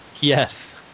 Yes